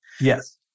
Yes